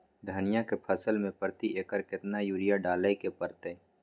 धनिया के फसल मे प्रति एकर केतना यूरिया डालय के परतय?